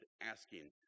asking